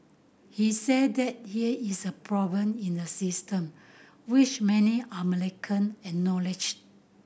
he said that here is a problem in the system which many American acknowledged